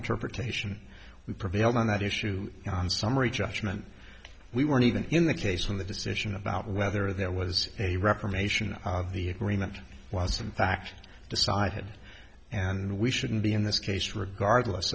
interpretation we prevailed on that issue on summary judgment we weren't even in the case when the decision about whether there was a reformation of the agreement was in fact decided and we shouldn't be in this case regardless